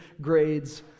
grades